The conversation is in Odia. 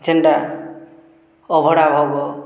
ଯେନ୍ଟା ଅଭଡା ଭୋଗ